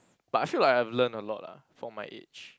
but I feel like I've learnt a lot lah for my age